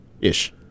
Ish